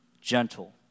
gentle